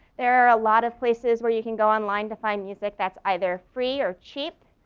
there are a lot of places where you can go online to find music that's either free or cheap.